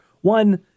One